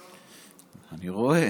אני רואה.